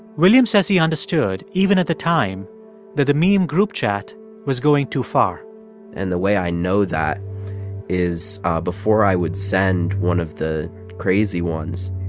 william says he understood even at the time that the meme group chat was going too far and the way i know that is before i would send one of the crazy ones,